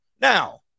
Now